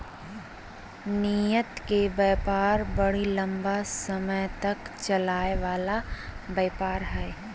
निर्यात के व्यापार बड़ी लम्बा समय तक चलय वला व्यापार हइ